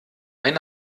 ein